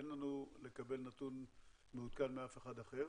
אין לנו לקבל נתון מעודכן מאף אחד אחר.